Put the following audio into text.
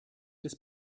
des